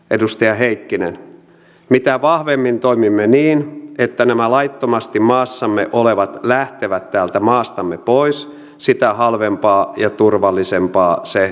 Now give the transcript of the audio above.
edustaja heikkinen mitä vahvemmin toimimme niin että nämä laittomasti maassamme olevat lähtevät täältä maastamme pois sitä halvempaa ja turvallisempaa se veronmaksajillemme on